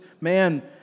man